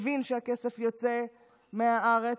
מבין שהכסף יוצא מהארץ,